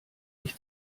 ich